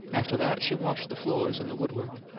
after that, she washed the floors and the woodwork.